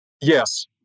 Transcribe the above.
Yes